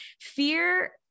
Fear